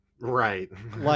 right